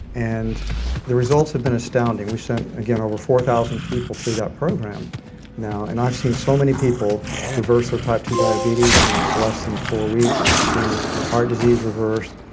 and the results have been astounding. we sent again over four thousand people through that program now. and i've seen so many people reverse their type two diabetes in less than four weeks. i've seen heart disease reversed.